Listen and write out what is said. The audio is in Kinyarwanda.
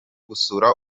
gusura